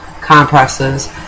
compresses